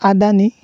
Adani